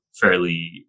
fairly